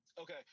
Okay